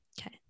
Okay